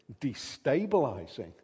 destabilizing